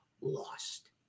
lost